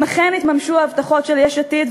אם אכן יתממשו ההבטחות של יש עתיד,